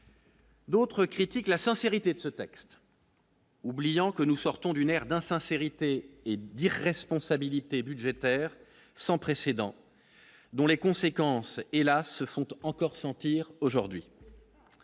D'autres critiquent la sincérité de ce texte. Oubliant que nous sortons d'une aire d'insincérité et d'irresponsabilité budgétaire sans précédent, dont les conséquences, hélas, ce sont eux encore sentir aujourd'hui